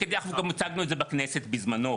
אנחנו גם הצגנו את זה בכנסת בזמנו,